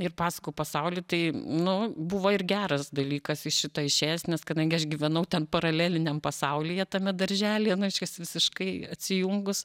ir pasakų pasaulį tai nu buvo ir geras dalykas iš šito išėjęs nes kadangi aš gyvenau ten paraleliniam pasaulyje tame darželyje na reiškias visiškai atsijungus